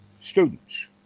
students